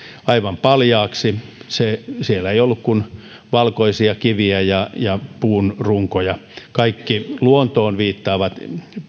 aivan paljaaksi siellä ei ollut kuin valkoisia kiviä ja ja puunrunkoja kaikki luontoon viittaavat